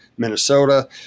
minnesota